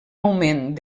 augment